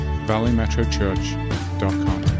valleymetrochurch.com